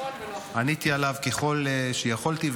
עניתי עליו ככל שיכולתי,